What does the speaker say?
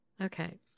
Okay